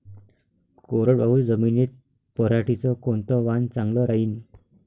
कोरडवाहू जमीनीत पऱ्हाटीचं कोनतं वान चांगलं रायीन?